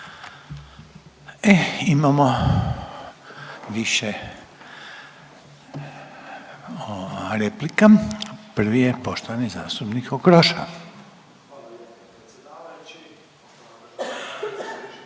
E, imamo više replika. Prvi je poštovani zastupnik Okroša.